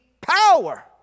power